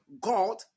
God